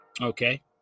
Okay